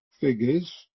figures